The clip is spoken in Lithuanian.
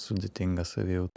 sudėtinga savijauta